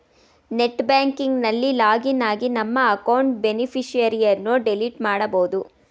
net banking ನಲ್ಲಿ login ಆಗಿ ನಮ್ಮ ಅಕೌಂಟ್ ಬೇನಿಫಿಷರಿಯನ್ನು ಡಿಲೀಟ್ ಮಾಡಬೋದು